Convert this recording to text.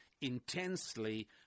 intensely